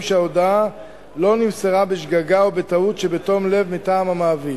שההודעה לא נמסרה בשגגה או בטעות שבתום לב מטעם המעביד.